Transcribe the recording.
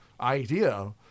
idea